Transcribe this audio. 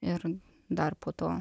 ir dar po to